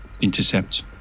intercept